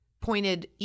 pointed